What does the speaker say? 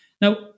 Now